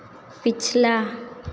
पिछला